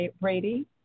Brady